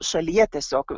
šalyje tiesiog